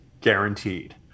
Guaranteed